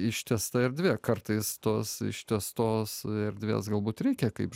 ištęsta erdvė kartais tos ištęstos erdvės galbūt reikia kaip